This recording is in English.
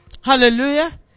Hallelujah